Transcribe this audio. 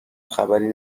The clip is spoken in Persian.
خبری